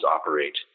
operate